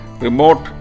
remote